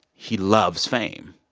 he loves fame.